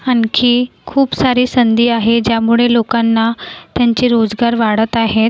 आणखी खूप सारी संधी आहे ज्यामुळे लोकांना त्यांचे रोजगार वाढत आहेत